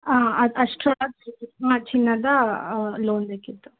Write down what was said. ಹಾಂ ಅಷ್ಟರೊಳಗೆ ಬೇಕಿತ್ತು ಹಾಂ ಚಿನ್ನದ ಲೋನ್ ಬೇಕಿತ್ತು